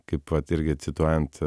kaip vat irgi cituojant